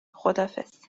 خداحافظ